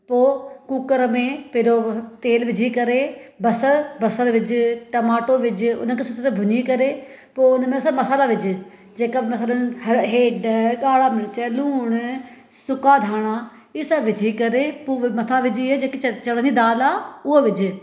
पो कूकर में पहिरियों तेल विझी करे बसरि बसरि विझ टमाटो विझ हुन खे सुठी तरह भुञी करे पोइ हुन में सभु मसाला विझ जेका मसालुनि हेड ॻाड़ा मिर्च लूण सुका धाणा इहे सभु विझी करे पोइ मथा विझी इहे जेकी चणण जी दालि आहे उहा विझ